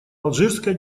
алжирская